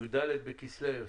י"ד כסלו תשפ"א.